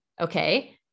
okay